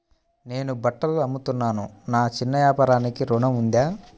నేను బట్టలు అమ్ముతున్నాను, నా చిన్న వ్యాపారానికి ఋణం ఉందా?